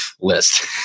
list